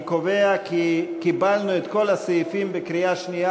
אני קובע כי קיבלנו את כל הסעיפים בקריאה שנייה,